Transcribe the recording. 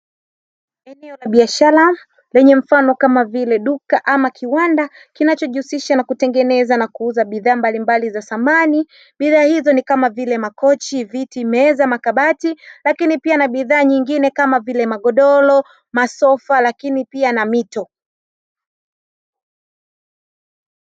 Eneo la biashara lenye mfano kama vile duka ama kiwanda, kinachojihusisha na kutengeneza na kuuza bidhaa mbalimbali za samani. Bidhaa hizo ni kama: makochi, viti, meza, makabati; lakini pia na bidhaa nyingine kama vile: magodoro, masofa lakini pia na mito.